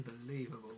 Unbelievable